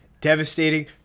devastating